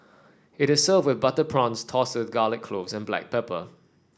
it is served with butter prawns tossed with garlic clove and black pepper